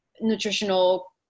nutritional